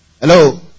Hello